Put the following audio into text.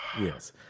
Yes